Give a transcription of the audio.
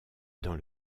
dans